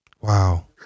Wow